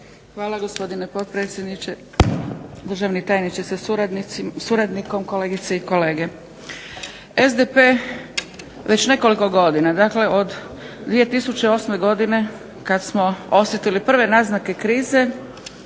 Hvala, gospodine potpredsjedniče. Državni tajniče sa suradnikom, kolegice i kolege. SDP već nekoliko godina, dakle od 2008. godine kad smo osjetili prve naznake krize,